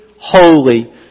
holy